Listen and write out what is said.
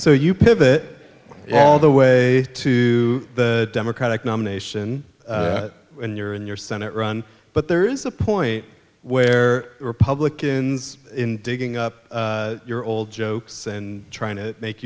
so you pivot all the way to the democratic nomination in your in your senate run but there is a point where republicans in digging up your old jokes and trying to make